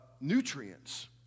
nutrients